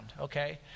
okay